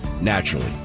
Naturally